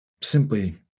simply